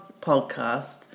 podcast